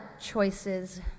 choices